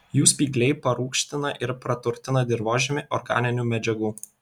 jų spygliai parūgština ir praturtina dirvožemį organinių medžiagų